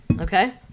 Okay